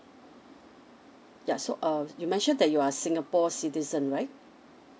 ya so uh you mentioned that you are singapore citizen right